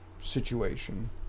situation